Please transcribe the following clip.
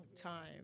time